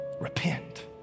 Repent